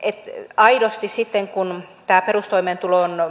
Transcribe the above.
aidosti sitten kun tämä perustoimeentulotuen